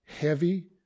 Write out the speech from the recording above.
heavy